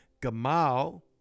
Gamal